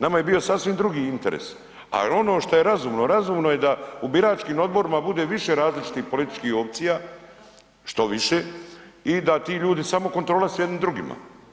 Nama je bio sasvim drugi interes ali ono što je razumno, razumno je da u biračkim odborima bude više različitih političkih opcija, što više, i da ti ljudi samo kontrola su jedni drugima.